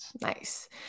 nice